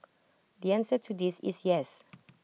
the answer to this is yes